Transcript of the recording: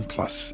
Plus